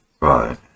right